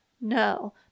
No